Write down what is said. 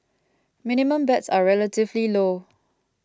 minimum bets are relatively low